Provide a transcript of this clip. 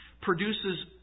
produces